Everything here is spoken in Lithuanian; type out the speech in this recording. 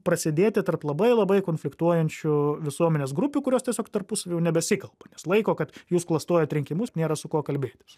prasėdėti tarp labai labai konfliktuojančių visuomenės grupių kurios tiesiog tarpusavy nebesikalba nes laiko kad jūs klastojate rinkimus nėra su kuo kalbėtis